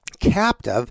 captive